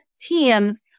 teams